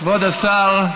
כבוד השר,